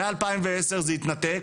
מ-2010 זה התנתק.